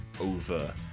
over